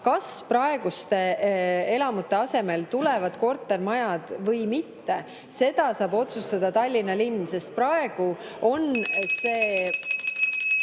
kas praeguste elamute asemele tulevad kortermajad või mitte, saab otsustada Tallinna linn, sest praegu on